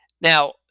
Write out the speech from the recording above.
Now